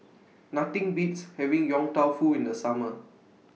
Nothing Beats having Yong Tau Foo in The Summer